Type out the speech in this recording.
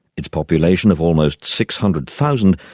its population of almost six hundred thousand,